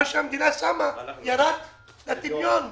מה שהמדינה שמה ירד לטמיון.